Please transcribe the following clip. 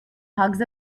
hugs